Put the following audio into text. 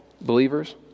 believers